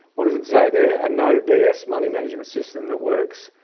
what does it say there and no bs money management system that works.